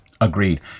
Agreed